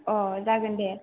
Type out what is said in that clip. अ जागोन दे